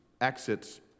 exits